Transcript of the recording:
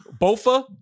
Bofa